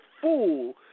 fool